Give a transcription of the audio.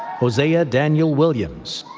hosea daniel williams,